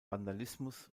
vandalismus